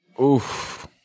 Oof